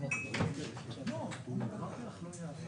מי שיצרוך את אתר האינטרנט שלו